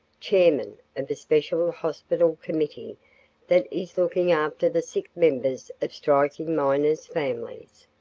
chairman of a special hospital committee that is looking after the sick members of striking miners' families.